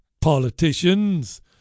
politicians